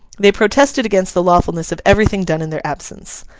they protested against the lawfulness of everything done in their absence.